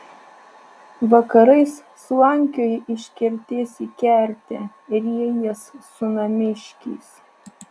vakarais slankioji iš kertės į kertę riejies su namiškiais